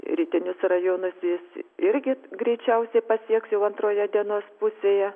rytinius rajonus jis irgi greičiausiai pasieks jau antroje dienos pusėje